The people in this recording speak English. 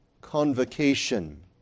convocation